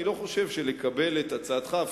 אני לא חושב שלקבל את הצעת האי-אמון הזאת,